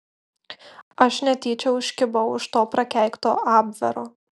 aš netyčia užkibau už to prakeikto abvero